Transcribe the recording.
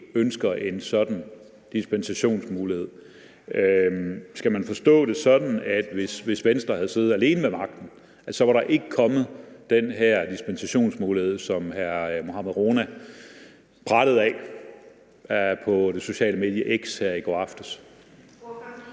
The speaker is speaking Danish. ønsker en sådan dispensationsmulighed. Skal man forstå det sådan, at hvis Venstre havde siddet med magten alene, var der ikke kommet den her dispensationsmulighed, som hr. Mohammad Rona pralede af på det sociale medie X her i går aftes?